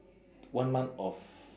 one month of